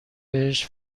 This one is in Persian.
بهش